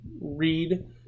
read